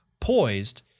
poised